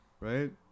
Right